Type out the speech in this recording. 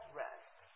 rest